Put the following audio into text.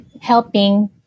helping